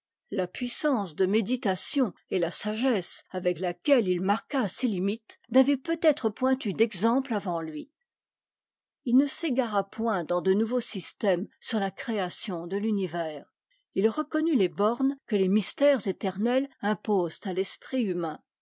la puissance de méditation et la sagesse avec laquelle il marqua ces limites n'avaient peut-être point eu d'exemple avant lui il ne s'égara point dans de nouveaux systèmes sur la création de l'univers il reconnut les bornes que les mystères éternels imposent à l'esprit humain